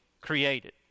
created